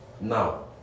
now